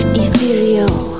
ethereal